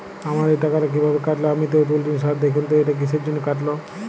আমার এই টাকাটা কীভাবে কাটল আমি তো তুলিনি স্যার দেখুন তো এটা কিসের জন্য কাটল?